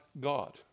God